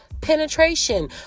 penetration